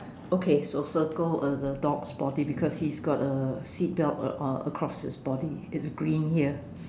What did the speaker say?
okay so circle uh the dog's body because he's got a seat belt a~ uh across his body it's green here